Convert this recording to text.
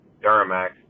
duramax